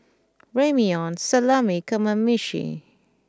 Ramyeon Salami and Kamameshi